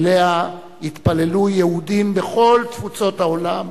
שאליה התפללו יהודים בכל תפוצות העולם